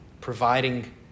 providing